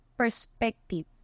perspective